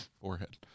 forehead